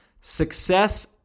Success